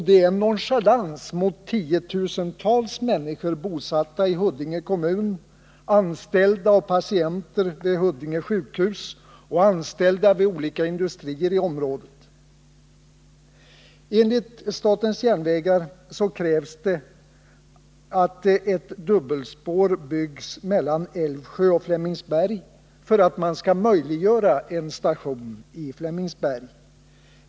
Det är en nonchalans mot tiotusentals människor bosatta i Huddinge kommun, anställda och patienter vid Huddinge sjukhus och anställda vid olika industrier i området. Enligt SJ krävs det att ett dubbelspår byggs mellan Älvsjö och Flemingsberg för att möjliggöra en station i Flemingsberg.